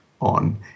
on